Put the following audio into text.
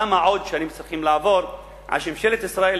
כמה שנים עוד צריכות לעבור עד שממשלת ישראל,